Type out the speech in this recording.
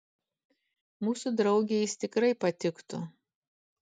mūsų draugei jis tikrai patiktų